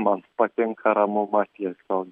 man patinka ramuma tiesiog